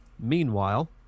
Meanwhile